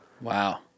Wow